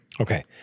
Okay